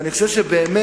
ואני חושב שבאמת,